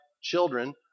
children